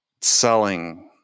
selling